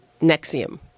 Nexium